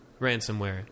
ransomware